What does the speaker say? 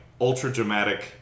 ultra-dramatic